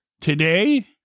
today